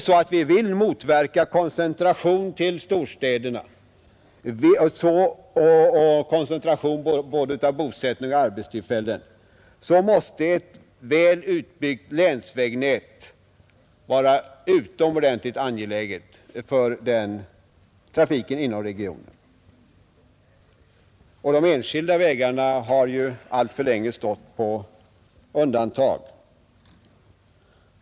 Om vi vill motverka koncentration till storstäderna — av både bostäder och arbetstillfällen — måste ett väl utbyggt länsvägnät vara utomordentligt angeläget för trafiken inom regionerna. Och de enskilda vägarna har alltför länge stått på undantag.